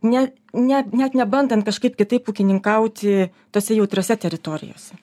ne ne net nebandant kažkaip kitaip ūkininkauti tose jautriose teritorijose